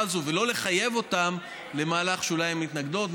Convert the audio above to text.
הזאת ולא לחייב אותן למהלך שאולי הן מתנגדות לו.